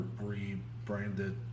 rebranded